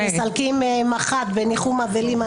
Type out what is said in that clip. מסלקים מח"ט מניחום אבלים.